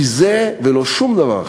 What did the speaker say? כי זה, ולא שום דבר אחר,